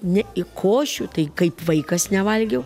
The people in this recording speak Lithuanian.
ne į košių tai kaip vaikas nevalgiau